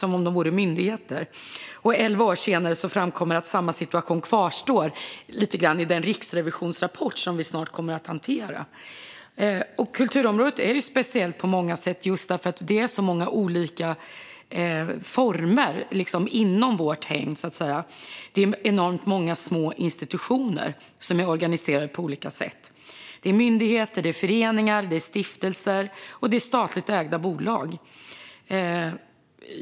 I den rapport från Riksrevisionen som vi snart ska hantera konstaterar Riksrevisionen att Kulturdepartementet styr stiftelserna "som om de vore myndigheter". Kulturområdet är speciellt på många sätt, just därför att det är så många olika former inom vårt hägn. Det är enormt många små institutioner som är organiserade på olika sätt. Det är myndigheter, det är föreningar, det är stiftelser och det är statligt ägda bolag.